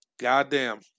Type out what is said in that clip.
Goddamn